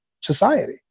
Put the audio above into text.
society